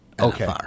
Okay